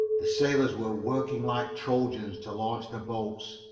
the sailors were working like trojans to launch the boats,